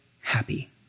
happy